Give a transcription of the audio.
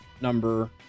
number